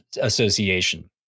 Association